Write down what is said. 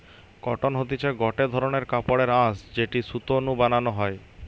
cotton হতিছে গটে ধরণের কাপড়ের আঁশ যেটি সুতো নু বানানো হয়